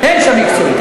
אין שם מקצועית.